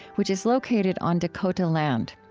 which is located on dakota land.